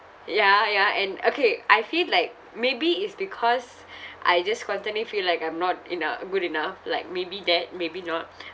ya ya and okay I feel like maybe it's because I just constantly feel like I'm not in a good enough like maybe that maybe not